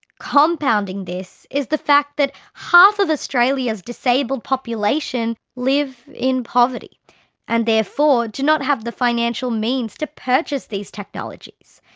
compounding this is the fact that half of australia's disabled population live in poverty and therefore do not have the financial means to purchase these technologies.